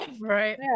Right